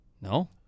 No